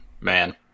man